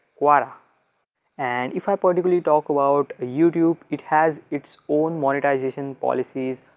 quara and if i particularly talk about ah youtube it has its own monetization policies.